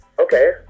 Okay